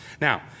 Now